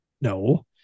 no